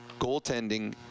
goaltending